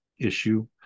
issue